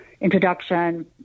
introduction